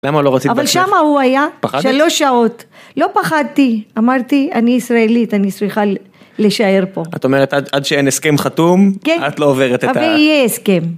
למה הוא לא...? אבל שמה הוא היה, שלוש שעות, לא פחדתי, אמרתי, אני ישראלית, אני צריכה להישאר פה. את אומרת, עד שאין הסכם חתום, את לא עוברת את ה... ויהיה הסכם.